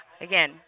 Again